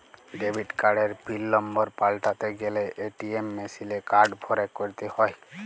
debit কার্ডের pin number পাল্টাতে গ্যালে এ.টি.এম মেশিলে কার্ড ভরে ক্যরতে হ্য়য়